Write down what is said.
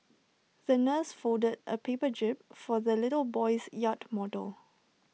the nurse folded A paper jib for the little boy's yacht model